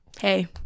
hey